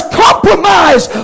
compromise